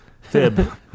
fib